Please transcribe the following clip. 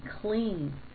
clean